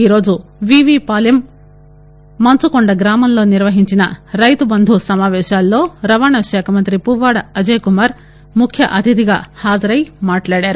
ఈ రోజు వివి పాలెం మంచుకొండ గ్రామం లో నిర్వహించిన రైతు బంధు సమావేశాలలో రవాణా శాఖ మంత్రి పువ్వాడ అజయ్ కుమార్ ముఖ్యఅతిధిగా హాజరై మాట్లాడారు